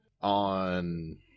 on